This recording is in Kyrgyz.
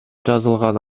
жазылган